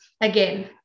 again